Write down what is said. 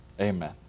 Amen